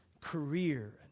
career